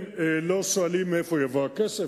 הם לא שואלים מאיפה יבוא הכסף.